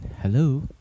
hello